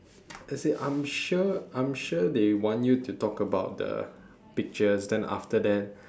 as in I'm sure I'm sure they want you to talk about the pictures then after that